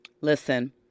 Listen